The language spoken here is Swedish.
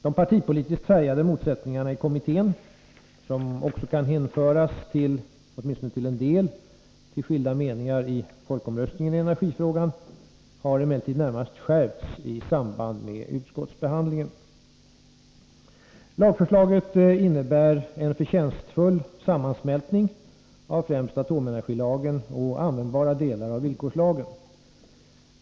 De partipolitiskt färgade motsättningarna i kommittén, som åtminstone till en del kan hänföras till skilda meningar om energifrågan i folkomröstningen, har emellertid närmast skärpts i samband med utskottsbehandlingen. Lagförslaget innebär en förtjänstfull sammansmältning av främst atomenergilagen och användbara delar av villkorslagen.